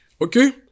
okay